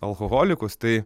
alhoholikus tai